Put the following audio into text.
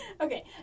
Okay